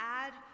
add